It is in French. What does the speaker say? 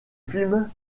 film